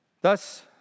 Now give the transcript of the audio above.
thus